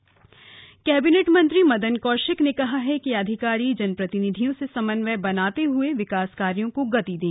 Madan Kaushik Haldwani cabinet मंत्री मदन कौशिक ने कहा है कि अधिकारी जनप्रतिनिधियों से समन्वय बनाते हुये विकास कार्यों को गति दें